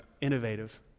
innovative